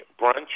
brunch